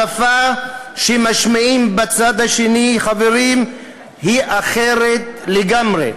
השפה שמשמיעים בצד השני, חברים, היא אחרת לגמרי.